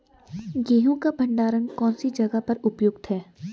गेहूँ का भंडारण कौन सी जगह पर उपयुक्त है?